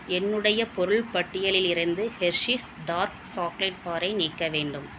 என்னுடைய பொருள் பட்டியலிலிருந்து ஹெர்ஷீஸ் டார்க் சாக்லேட் பாரை நீக்க வேண்டும்